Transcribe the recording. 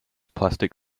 plastic